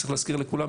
צריך להזכיר לכולם,